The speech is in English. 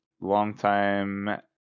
longtime